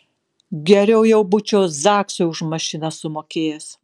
geriau jau būčiau zaksui už mašiną sumokėjęs